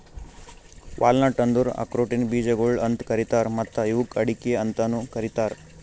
walnut ಅಂದುರ್ ಆಕ್ರೋಟಿನ ಬೀಜಗೊಳ್ ಅಂತ್ ಕರೀತಾರ್ ಮತ್ತ ಇವುಕ್ ಅಡಿಕೆ ಅಂತನು ಕರಿತಾರ್